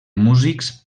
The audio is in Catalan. músics